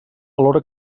alhora